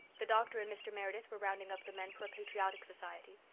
the doctor and mr. meredith were rounding up the men for a patriotic society.